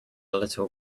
little